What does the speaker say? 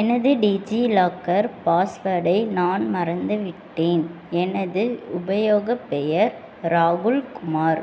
எனது டிஜிலாக்கர் பாஸ்வேர்டை நான் மறந்துவிட்டேன் எனது உபயோகப்பெயர் ராகுல் குமார்